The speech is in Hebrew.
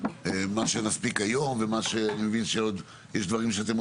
מה שנספיק היום ואם יש דברים שאתם עוד